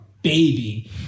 baby